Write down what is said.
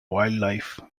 wildlife